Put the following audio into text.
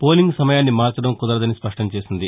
polling సమయాన్ని మార్చడం కుదరదని స్పష్టం చేసింది